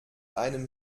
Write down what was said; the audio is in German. einem